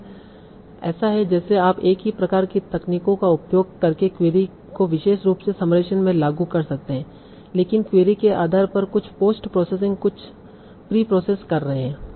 तो यह ऐसा है जैसे आप एक ही प्रकार की तकनीकों का उपयोग करके क्वेरी को विशेष रूप से समराइजेशन में लागू कर सकते हैं लेकिन क्वेरी के आधार पर कुछ पोस्ट प्रोसेसिंग कुछ प्रीप्रोसेस कर रहे हैं